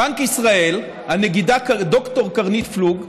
בנק ישראל, הנגידה ד"ר קרנית פלוג,